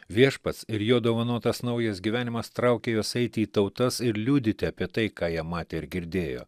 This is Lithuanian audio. viešpats ir jo dovanotas naujas gyvenimas traukė juos eiti į tautas ir liudyti apie tai ką jie matė ir girdėjo